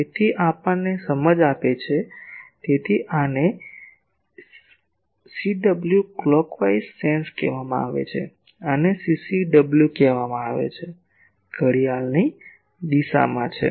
તેથી આ આપણને સમજ આપે છે તેથી આને CW ઘડિયાળની દિશામાં કહેવામાં આવે છે આને CCW કહેવામાં આવે છે ઘડિયાળની વિરુદ્ધ દિશામાં છે